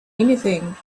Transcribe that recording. anything